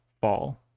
fall